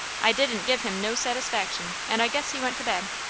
i didn't give him no satisfaction, and i guess he went to bed.